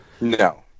No